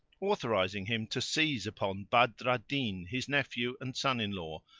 authorising him to seize upon badr al-din, his nephew and son-in-law,